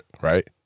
right